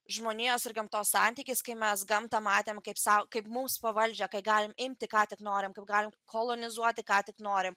žmonijos ir gamtos santykis kai mes gamtą matėm kaip sau kaip mums pavaldžią kai galim imti ką tik norim galim kolonizuoti ką tik norim